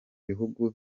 bihugu